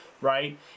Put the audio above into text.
Right